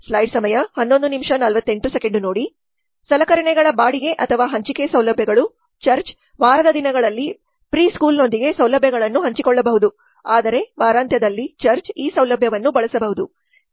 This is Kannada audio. ಸಲಕರಣೆಗಳ ಬಾಡಿಗೆ ಅಥವಾ ಹಂಚಿಕೆ ಸೌಲಭ್ಯಗಳು ಚರ್ಚ್ ವಾರದ ದಿನಗಳಲ್ಲಿ ಪ್ರಿಸ್ಕೂಲ್ನೊಂದಿಗೆ ಸೌಲಭ್ಯಗಳನ್ನು ಹಂಚಿಕೊಳ್ಳಬಹುದು ಆದರೆ ವಾರಾಂತ್ಯದಲ್ಲಿ ಚರ್ಚ್ ಈ ಸೌಲಭ್ಯವನ್ನು ಬಳಸಬಹುದು